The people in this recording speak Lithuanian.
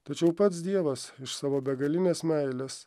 tačiau pats dievas iš savo begalinės meilės